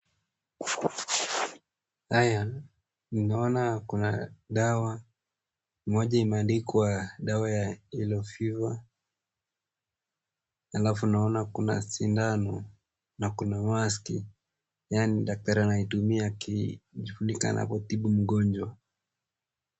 Haya nimeona kuna dawa, moja imeandikwa dawa ya [yellow fever], alafu naona kuna shindano, na kuna wasti yani dakitari anaitumia akijifunika akitibu mgonjwa.